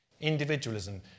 individualism